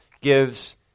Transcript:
gives